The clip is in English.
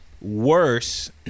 worse